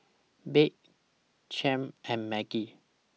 Babe Clem and Maggie